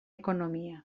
ekonomia